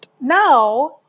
now